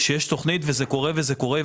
שיש תוכנית וזה קורה וזה קורה,